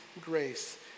grace